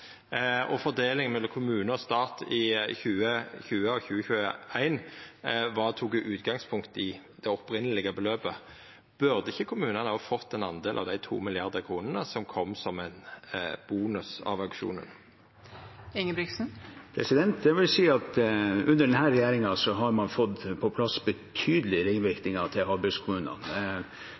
og fordelinga mellom kommunar og stat i 2020 og 2021 tok utgangspunkt i det opphavlege beløpet, burde ikkje kommunane då ha fått ein del av dei 2 mrd. kronene som kom som ein